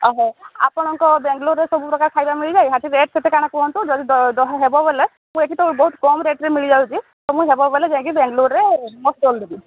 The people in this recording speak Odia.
ଅହୋ ଆପଣଙ୍କ ବେଙ୍ଗଲୁରରେ ସବୁ ପ୍ରକାର ଖାଇବା ମିଳିଯାଏ ସେଠି ରେଟ୍ କେତେ କାଣା କୁହନ୍ତୁ ଯଦି ହେବ ବଲେ ମୁଁ ଏଠି ତ ବହୁତ କମ ରେଟ୍ରେ ମିଳିଯାଉଛି ତ ମୁଁ ହେବ ବଲେ ଯାଇକି ବେଙ୍ଗଲୁରରେ ମୋ ଷ୍ଟଲ୍ ଦେବି